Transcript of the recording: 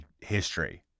history